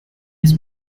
his